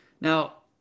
Now